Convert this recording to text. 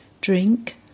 drink